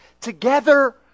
Together